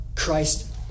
Christ